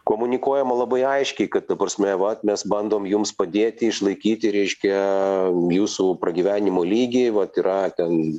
komunikuojama labai aiškiai kad ta prasme vat mes bandom jums padėti išlaikyti reiškia jūsų pragyvenimo lygį vat yra ten